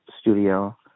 studio